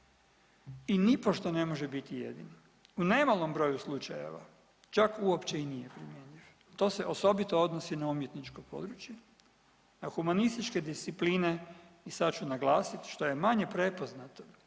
i nipošto ne može biti jedini, u nemalom broju slučajeva čak uopće i nije primjenjiv, to se osobito odnosi na umjetničko područje, na humanističke disciplina i sad ću naglasit što je manje prepoznato